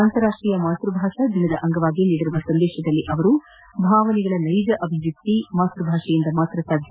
ಅಂತಾರಾಷ್ಟೀಯ ಮಾತ್ಪಭಾಷಾ ದಿನದ ಅಂಗವಾಗಿ ನೀಡಿರುವ ಸಂದೇಶದಲ್ಲಿ ಅವರು ಭಾವನೆಗಳ ನೈಜ ಅಭಿವ್ಯಕ್ತಿ ಮಾತ್ವಭಾಷೆಯಿಂದ ಮಾತ್ರ ಸಾಧ್ಯ